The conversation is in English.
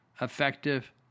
effective